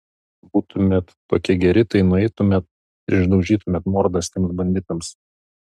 būtumėt tokie geri tai nueitumėt ir išdaužytumėt mordas tiems banditams